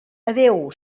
adéu